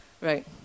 right